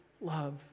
love